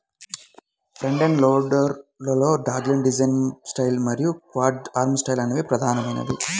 front end loader లలో dogleg design style మరియు curved arm style అనేవి ప్రధానమైనవి